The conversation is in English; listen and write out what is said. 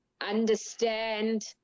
understand